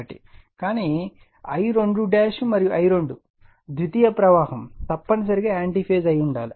కానీ I2మరియు I2 ద్వితీయ ప్రవాహం తప్పనిసరిగా యాంటీ ఫేజ్ అయి ఉండాలి